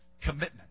commitment